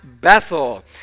Bethel